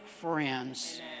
friends